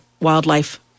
wildlife